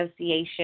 association